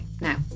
now